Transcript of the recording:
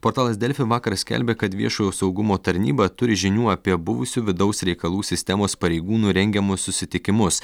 portalas delfi vakar skelbė kad viešojo saugumo tarnyba turi žinių apie buvusių vidaus reikalų sistemos pareigūnų rengiamus susitikimus